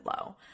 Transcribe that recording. low